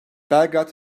belgrad